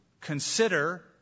Consider